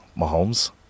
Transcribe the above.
Mahomes